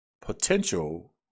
potential